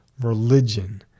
religion